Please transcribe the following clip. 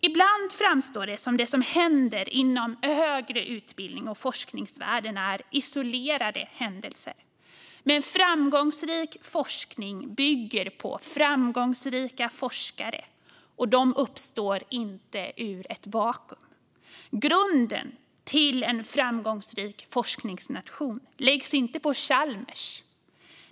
Ibland framstår det som att det som händer inom den högre utbildningen och forskningsvärlden är isolerade händelser. Men framgångsrik forskning bygger på framgångsrika forskare, och de uppstår inte ur ett vakuum. Grunden till en framgångsrik forskningsnation läggs inte på Chalmers.